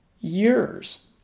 years